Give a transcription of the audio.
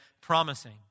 promising